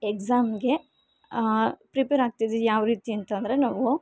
ಎಕ್ಸಾಮ್ಗೆ ಪ್ರಿಪೇರ್ ಆಗ್ತಿದಿದ್ದು ಯಾವರೀತಿ ಅಂತಂದರೆ ನಾವು